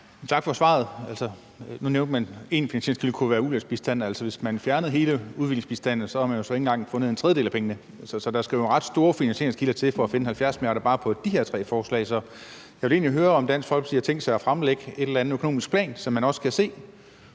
Flydtkjær (DD): Nu nævnte man, at en finansieringskilde kunne være ulandsbistanden. Altså, hvis man fjernede hele udviklingsbistanden, havde man jo så ikke engang fundet en tredjedel af pengene. Så der skal nogle ret store finansieringskilder til for at finde 70 mia. kr. bare til de her tre forslag. Så jeg vil egentlig høre, om Dansk Folkeparti har tænkt sig at fremlægge en eller anden økonomisk plan, så man også kan se,